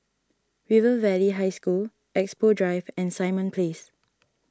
River Valley High School Expo Drive and Simon Place